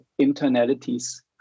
internalities